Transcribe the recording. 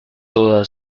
toda